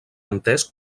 entès